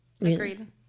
Agreed